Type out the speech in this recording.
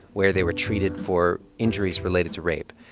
where they were treated for injuries related to rape.